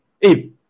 Hey